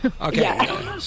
Okay